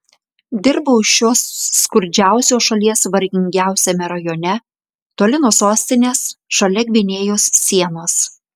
dirbau šios skurdžiausios šalies vargingiausiame rajone toli nuo sostinės šalia gvinėjos sienos